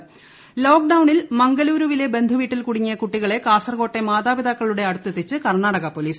Kasaragod intro ലോക്ഡൌണിൽ മംഗ്ലുരുവിലെ ബന്ധുവീട്ടിൽ കുടുങ്ങിയ കുട്ടികളെ കാസർകോട്ടെ മാതാപിതാക്കളുടെ അടുത്തെത്തിച്ച് കർണാടക പൊലീസ്